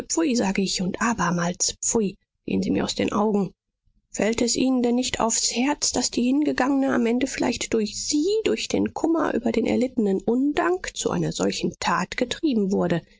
sage ich und abermals pfui gehen sie mir aus den augen fällt es ihnen denn nicht aufs herz daß die hingegangene am ende vielleicht durch sie durch den kummer über den erlittenen undank zu einer solchen tat getrieben wurde